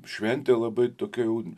šventė labai tokia jau